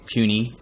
Puny